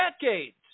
decades